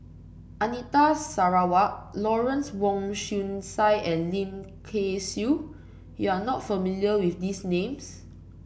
Anita Sarawak Lawrence Wong Shyun Tsai and Lim Kay Siu you are not familiar with these names